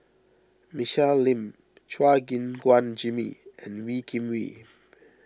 Michelle Lim Chua Gim Guan Jimmy and Wee Kim Wee